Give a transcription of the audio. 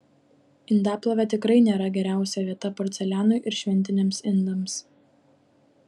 indaplovė tikrai nėra geriausia vieta porcelianui ir šventiniams indams